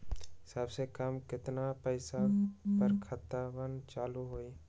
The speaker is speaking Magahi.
सबसे कम केतना पईसा पर खतवन चालु होई?